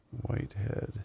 Whitehead